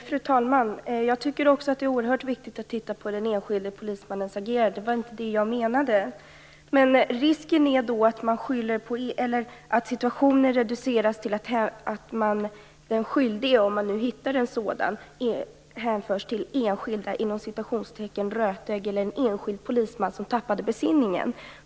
Fru talman! Jag tycker också att det är oerhört viktigt att titta på den enskilde polismannens agerande. Jag menade inte något annat. Men risken är att situationer reduceras till att en skyldig pekas ut, om man nu hittar någon sådan, och att skulden hänförs till enskilda "rötägg" eller en enskild polisman som tappat besinningen.